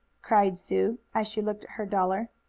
cried sue, as she looked at her dollar.